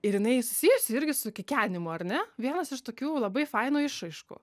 ir jinai susijusi irgi su kikenimu ar ne vienas iš tokių labai fainų išraiškų